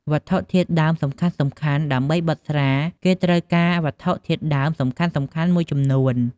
វត្ថុធាតុដើមសំខាន់ៗ ដើម្បីបិតស្រាស គេត្រូវការវត្ថុធាតុដើមសំខាន់ៗមួយចំនួន។